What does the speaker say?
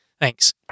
Thanks